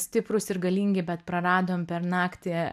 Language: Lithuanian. stiprūs ir galingi bet praradom per naktį